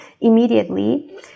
immediately